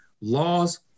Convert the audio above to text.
laws